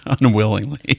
unwillingly